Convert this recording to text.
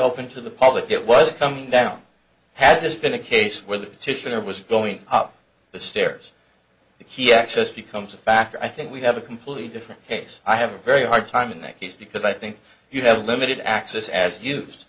open to the public it was coming down had this been a case where the kitchen or was going up the stairs the key access becomes a factor i think we have a completely different case i have a very hard time in that case because i think you have limited access as used